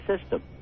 system